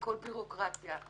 הכול בירוקרטיה,